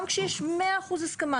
גם כשיש מאה אחוז הסכמה.